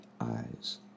eyes